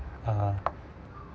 uh